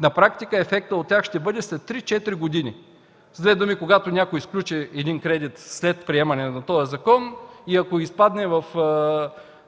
на практика и ефектът от тях ще бъде след три-четири години. С две думи, когато някой сключи един кредит след приемане на този закон и ако изпадне в